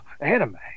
anime